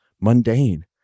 mundane